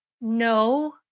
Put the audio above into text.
no